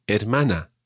hermana